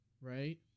right